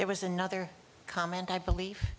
there was another comment i believe